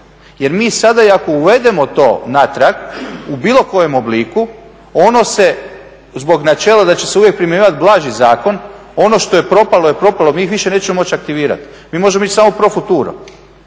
jer mi sada i ako uvedemo to natrag u bilo kojem obliku, ono se zbog načela da će se uvijek primjenjivati blaži zakon, ono što je propalo je propalo, mi ih više nećemo moći aktivirati, mi možemo ići samo pro futuro.